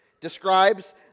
describes